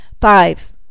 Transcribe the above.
Five